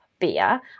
beer